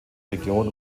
region